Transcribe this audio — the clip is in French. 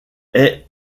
est